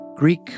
Greek